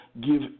give